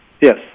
Yes